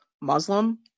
Muslim